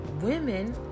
Women